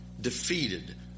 defeated